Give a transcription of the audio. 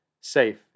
safe